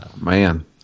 man